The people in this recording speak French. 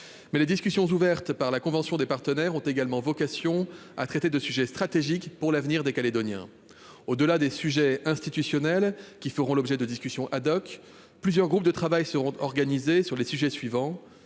mais les discussions ouvertes par la convention des partenaires ont également vocation à traiter de sujets stratégiques pour l'avenir des Calédoniens. Au-delà des sujets institutionnels, qui feront l'objet de discussions, plusieurs groupes de travail seront organisés sur les sujets suivants